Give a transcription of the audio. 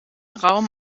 raum